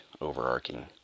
overarching